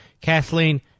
Kathleen